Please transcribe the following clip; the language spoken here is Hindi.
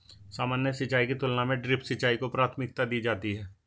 सामान्य सिंचाई की तुलना में ड्रिप सिंचाई को प्राथमिकता दी जाती है